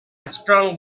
strong